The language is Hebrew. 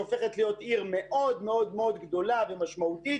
שהולכת להיות מאוד גדולה ומשמעותית.